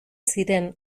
ziren